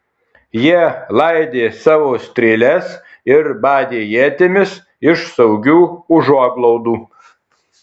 jie laidė savo strėles ir badė ietimis iš saugių užuoglaudų